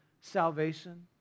salvation